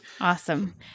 Awesome